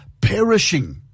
perishing